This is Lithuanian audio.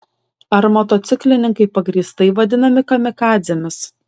ar motociklininkai pagrįstai vadinami kamikadzėmis